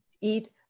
eat